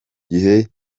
gihe